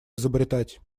изобретать